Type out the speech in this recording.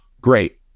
Great